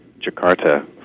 Jakarta